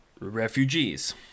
refugees